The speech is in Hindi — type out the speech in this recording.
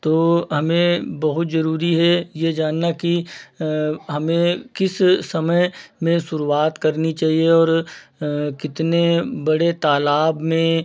तो हमें बहुत ज़रूरी है ये जानना कि हमें किस समय में शुरूआत करनी चाहिए और कितने बड़े तालाब में